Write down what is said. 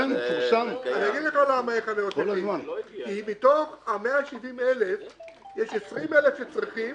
אגיד לך למה אין חניות נכים: כי מתוך ה-170,000 יש 20,000 שצריכים